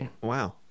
wow